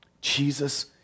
Jesus